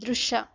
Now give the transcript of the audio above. ದೃಶ್ಯ